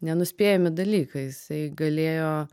nenuspėjami dalykai jisai galėjo